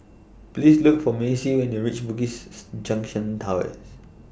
Please Look For Macy when YOU REACH Bugis Junction Towers